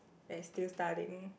that's still studying